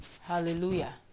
Hallelujah